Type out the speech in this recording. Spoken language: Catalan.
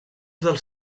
dels